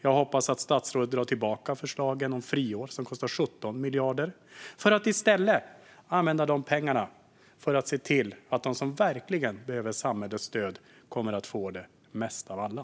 Jag hoppas att statsrådet drar tillbaka förslaget om friår, som kostar 17 miljarder, för att i stället använda dessa pengar för att se till att de som verkligen behöver samhällets stöd kommer att få det mest av alla.